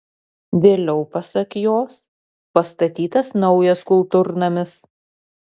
vėliau pasak jos pastatytas naujas kultūrnamis